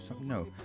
No